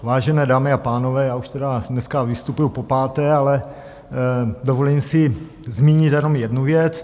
Vážené dámy a pánové, já už tedy dneska vystupuji popáté, ale dovolím si zmínit jenom jednu věc.